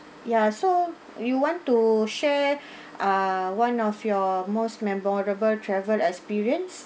ya so you want to share ah one of your most memorable travel experience